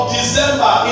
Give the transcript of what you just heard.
December